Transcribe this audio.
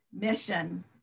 mission